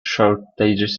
shortages